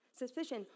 Suspicion